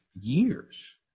years